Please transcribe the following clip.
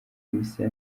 ibisa